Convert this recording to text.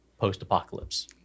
post-apocalypse